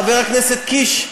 חבר הכנסת קיש,